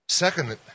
Second